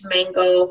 Mango